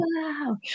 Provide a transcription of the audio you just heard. wow